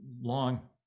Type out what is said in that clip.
long